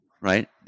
right